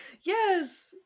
Yes